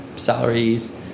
salaries